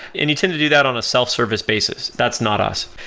and you tend to do that on a self-service basis. that's not us.